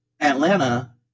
Atlanta